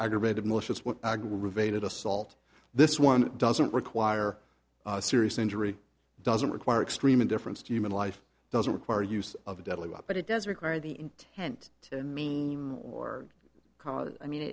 aggravated malicious what aggravated assault this one doesn't require serious injury doesn't require extreme indifference to human life doesn't require the use of a deadly weapon it does require the intent to me or i mean